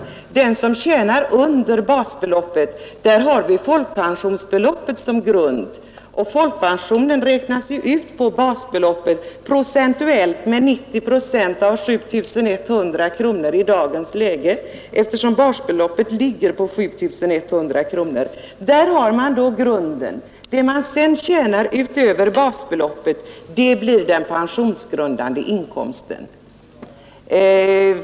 För dem som haft inkomst under basbeloppet har vi folkpensionsbeloppet som grund. Folkpensionen räknas ut på basbeloppet — i dagens läge 90 procent av basbeloppet, som är 7 100 kronor. Det är grunden. Det man sedan tjänar, utöver basbeloppet, blir den pensionsgrundande inkomsten.